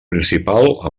principal